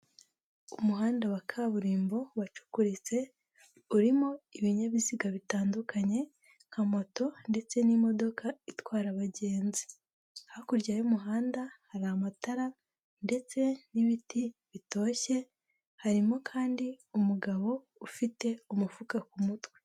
Umuhanda wa kaburimbo wacukuritse urimo ibinyabiziga bitandukanye nka moto ndetse n'imodoka itwara abagenzi, hakurya y'umuhanda hari amatara ndetse n'ibiti bitoshye, harimo kandi umugabo ufite umufuka ku mutwe.